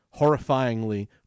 horrifyingly